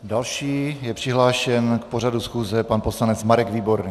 Další je přihlášen k pořadu schůze pan poslanec Marek Výborný.